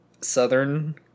southern